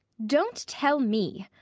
don't tell me,